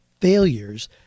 failures